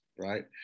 right